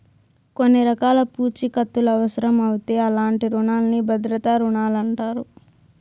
కొన్ని రకాల పూఛీకత్తులవుసరమవుతే అలాంటి రునాల్ని భద్రతా రుణాలంటారు